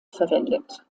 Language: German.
verwendet